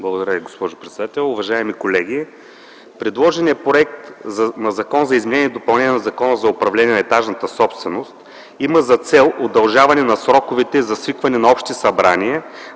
Благодаря Ви, госпожо председател. Уважаеми колеги, предложеният Законопроект за изменение и допълнение на Закона за управление на етажната собственост има за цел удължаване на сроковете за свикване на общи събрания